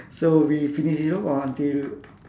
so we finish this one or until